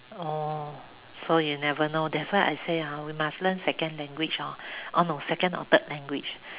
oh so you never know that is why I say hor we must learn second language hor oh no second or third language